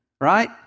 right